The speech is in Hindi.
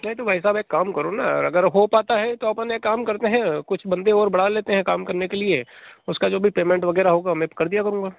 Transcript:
नहीं तो भाई साहब एक काम करो ना अगर हो पाता है तो अपन एक काम करते हैं कुछ बंदे और बढ़ा लेते हैं काम करने के लिए उसका जो भी पेमेंट वगैरह होगा मैं कर दिया करूँगा